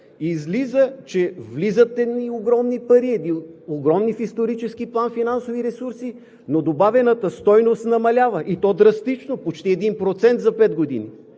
излиза, че влизат едни огромни пари, едни огромни в исторически план финансови ресурси, но добавената стойност намалява, и то драстично – почти 1% за пет години.